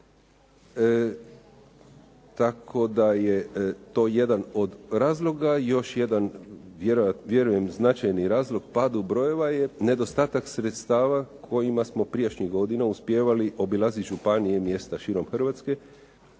tako da je to jedan od razloga još jedan vjerujem značajni razlog padu brojeva jer nedostatak sredstava kojima smo prijašnjih godina uspijevali obilaziti županije i mjesta širom Hrvatske